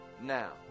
Now